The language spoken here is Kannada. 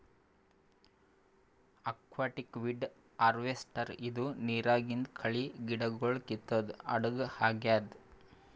ಅಕ್ವಾಟಿಕ್ ವೀಡ್ ಹಾರ್ವೆಸ್ಟರ್ ಇದು ನಿರಾಗಿಂದ್ ಕಳಿ ಗಿಡಗೊಳ್ ಕಿತ್ತದ್ ಹಡಗ್ ಆಗ್ಯಾದ್